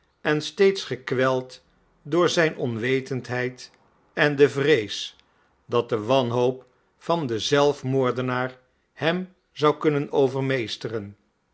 en steeds gekweld door zijn onwetendheid en de vrees dat de wanhoop van den zelfmoordenaar hem zou kunnen